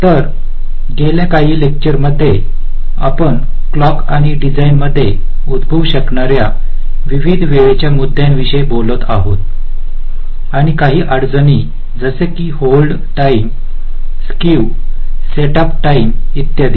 तर गेल्या काही लेक्चर मध्ये आपण क्लॉक आणि डिझाइनमध्ये उद्भवू शकणार्या विविध वेळेच्या मुद्द्यांविषयी बोलत आहोत आणि काही अडचणी जसे की hold time skew setup time इत्यादी